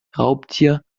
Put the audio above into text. raubtier